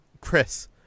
Chris